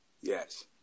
Yes